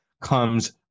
comes